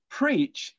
preach